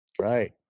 Right